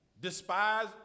despise